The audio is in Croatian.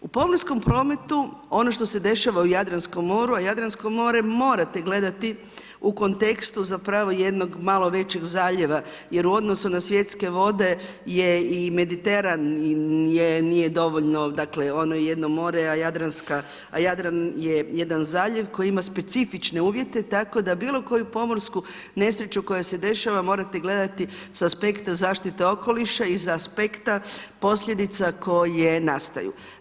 U pomorskom prometu, ono što se dešava u Jadranskom moru a Jadransko more morate gledati u kontekstu zapravo jednog malo većeg zaljeva jer u odnosu na svjetske vode je i Mediteran, nije dovoljno, dakle ono jedno more a Jadran je jedan zaljev koji ima specifične uvjete tako da bilo koju pomorsku nesreću koja se dešava morate gledati sa aspekta zaštite okoliša i sa aspekta posljedica koje nastaju.